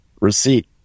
receipt